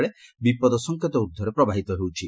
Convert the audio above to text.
ବେଳେ ବିପଦ ସଙ୍କେତ ଊର୍ଦ୍ଧ୍ୱରେ ପ୍ରବାହିତ ହେଉଛି